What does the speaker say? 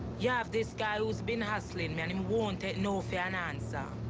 yeah have this guy who's been hassling me, and him won't take no for an answer.